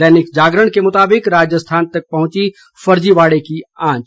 दैनिक जागरण के मुताबिक राजस्थान तक पहुंची फर्जीवाड़े की आंच